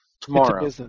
tomorrow